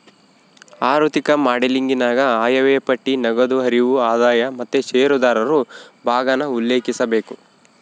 ಆಋಥಿಕ ಮಾಡೆಲಿಂಗನಾಗ ಆಯವ್ಯಯ ಪಟ್ಟಿ, ನಗದು ಹರಿವು, ಆದಾಯ ಮತ್ತೆ ಷೇರುದಾರರು ಭಾಗಾನ ಉಲ್ಲೇಖಿಸಬೇಕು